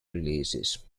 releases